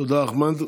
תודה, אחמד.